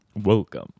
Welcome